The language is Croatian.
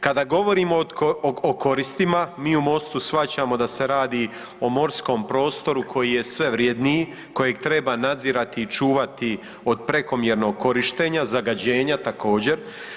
Kada govorimo o koristima, mi u MOST-u shvaćamo da se radi o morskom prostoru koji je sve vrjedniji, kojeg treba nadzirati i čuvati od prekomjernog korištenja, zagađenja također.